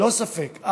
ללא ספק,